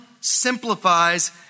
simplifies